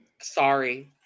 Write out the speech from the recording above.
Sorry